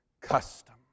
custom